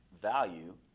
value